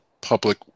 public